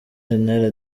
general